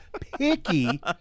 picky